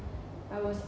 I was